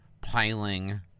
piling